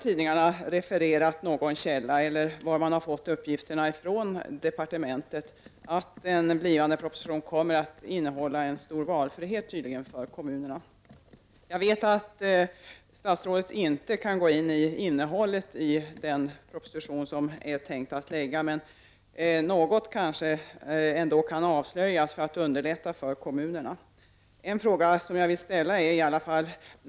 Tidningarna refererar en källa, kanske på departementet, som påstår att en blivande proposition tydligen kommer att innehålla förslag om en stor valfrihet för kommunerna. Jag vet att statsrådet inte kan gå in på innehållet i den proposition som är tänkt att läggas fram, men något kanske ändå kan avslöjas för att underlätta för kommunerna. Jag vill i alla fall ställa några frågor.